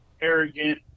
arrogant